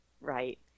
Right